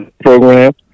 program